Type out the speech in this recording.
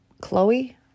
Chloe